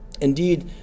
Indeed